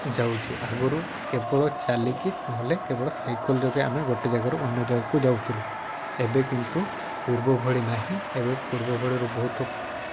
ଯାଉଛି ଆଗରୁ କେବଳ ଚାଲିକି ନହେଲେ କେବଳ ସାଇକଲ ଯୋଗେ ଆମେ ଗୋଟେ ଜାଗାରୁ ଅନ୍ୟ ଜାଗାକୁ ଯାଉଥିଲୁ ଏବେ କିନ୍ତୁ ପୂର୍ବଭଳି ନାହିଁ ଏବେ ପୂର୍ବଭଳିରୁ ବହୁତ